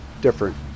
Different